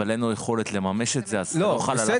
אבל אין לו יכולת לממש את זה לא חל עליו,